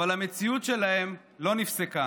אבל המציאות שלהם לא נפסקה.